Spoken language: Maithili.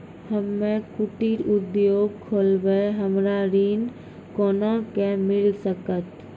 हम्मे कुटीर उद्योग खोलबै हमरा ऋण कोना के मिल सकत?